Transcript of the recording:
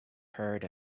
heard